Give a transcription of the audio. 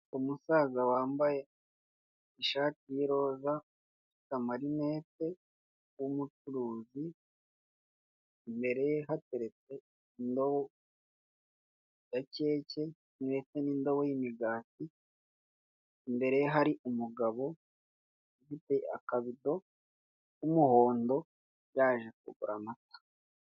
Umusaza wambaye ishati y'iroza ufite amarinete w'umucuruzi imbere ye hateretse indobo ya keke ndtse n'indabo y'imigati, imbere ye hari umugabo ufite akabido k'umuhondo yaje kugura amata.